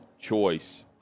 choice